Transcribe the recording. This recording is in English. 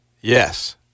Yes